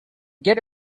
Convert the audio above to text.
get